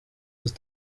izi